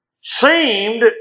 seemed